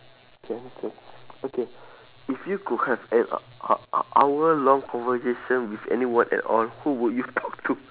K next one okay if you could have an h~ h~ h~ hour long conversation with anyone at all who would you talk to